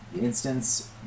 instance